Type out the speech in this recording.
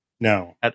no